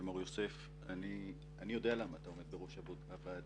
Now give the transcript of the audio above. מור יוסף שאני יודע למה אתה עומד בראש הוועדה